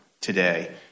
today